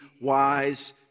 wise